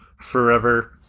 Forever